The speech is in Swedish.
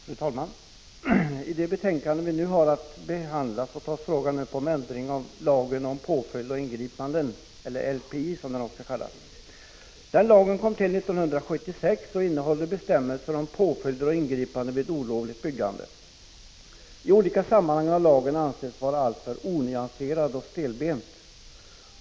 Fru talman! I det betänkande vi nu har att behandla tas frågan upp om ändring i lagen om påföljder och ingripanden, LPI. Lagen kom till 1976 och innehåller bestämmelser om påföljder och ingripanden vid olovligt byggande. I olika sammanhang har lagen ansetts vara alltför onyanserad och ”stelbent”.